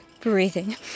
breathing